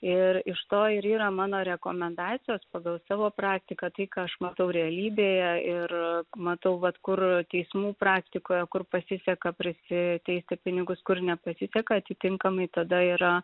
ir iš to ir yra mano rekomendacijos pagal savo praktiką tai ką aš matau realybėje ir matau vat kur teismų praktikoje kur pasiseka prisiteisti pinigus kur nepasiseka atitinkamai tada yra